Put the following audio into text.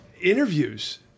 interviews –